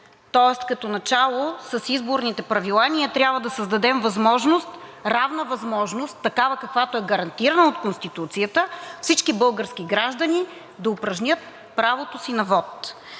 Тоест като начало, с изборните правила ние трябва да създадем равна възможност – такава, каквато е гарантирана от Конституцията, всички български граждани да упражнят правото си на вот.